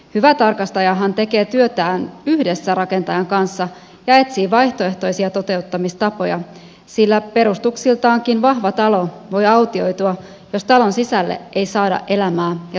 hyvä tarkastajahan tekee työtään yhdessä rakentajan kanssa ja etsii vaihtoehtoisia toteuttamistapoja sillä perustuksiltaankin vahva talo voi autioitua jos talon sisälle ei saada elämää ja toimivaa arkea